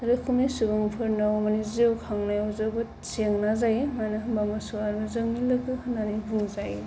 रोखोमनि सुबुंफोरनाव माने जिउ खांनायाव जोबोद जेंना जायो मानो होनोबा मोसौआनो जोंनि लोगो होननानै बुंजायो